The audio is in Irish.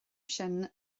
sin